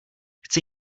chci